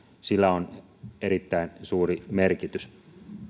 sillä on erittäin suuri merkitys